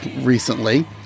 recently